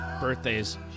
birthdays